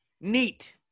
neat